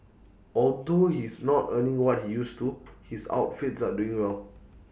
although he's not earning what he used to his outfits are doing well